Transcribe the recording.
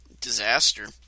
disaster